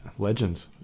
Legend